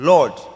Lord